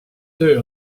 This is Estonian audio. töö